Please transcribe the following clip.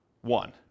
one